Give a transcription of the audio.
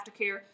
aftercare